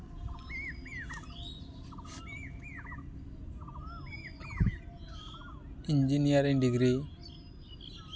engineering degree